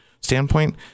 standpoint